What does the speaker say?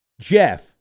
Jeff